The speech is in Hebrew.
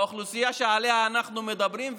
באוכלוסייה שעליה אנחנו מדברים,